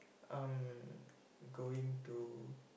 um going to